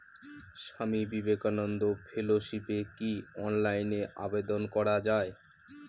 স্বামী বিবেকানন্দ ফেলোশিপে কি অনলাইনে আবেদন করা য়ায়?